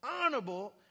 honorable